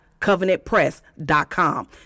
covenantpress.com